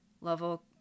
level